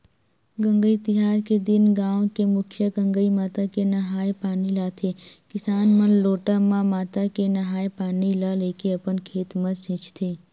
गंगई तिहार के दिन गाँव के मुखिया गंगई माता के नंहाय पानी लाथे किसान मन लोटा म माता के नंहाय पानी ल लेके अपन खेत म छींचथे